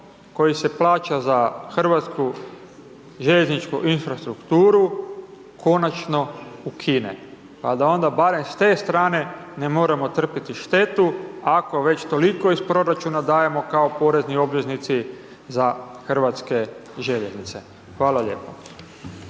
koje se plaća za Hrvatsku željezničku infrastrukturu konačno ukine. Pa da onda barem s te strane ne moramo trpiti štetu ako već toliko iz proračuna dajemo kao porezni obveznici za HŽ. Hvala lijepo.